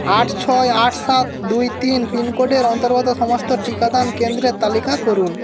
আট ছয় আট সাত দুই তিন পিনকোডের অন্তর্গত সমস্ত টিকাদান কেন্দ্রের তালিকা করুন